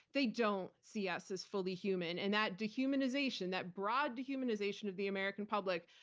they don't see us as fully human. and that dehumanization, that broad humanization of the american public,